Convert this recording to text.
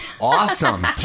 awesome